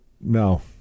No